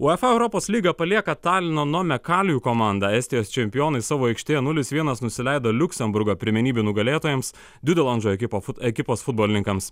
uefa europos lygą palieka talino nomme kalju komanda estijos čempionai savo aikštėje nulis vienas nusileido liuksemburgo pirmenybių nugalėtojams diudelanžo ekipo ekipos futbolininkams